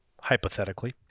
hypothetically